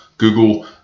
Google